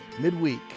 midweek